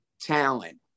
talent